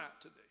today